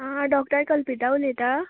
आं डोक्टर कल्पिता उलयता